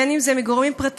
בין אם זה מגורמים פרטיים,